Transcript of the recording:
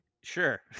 Sure